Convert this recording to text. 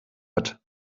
hat